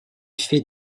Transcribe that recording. fait